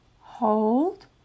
hold